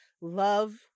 love